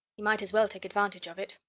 he might as well take advantage of it.